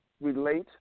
relate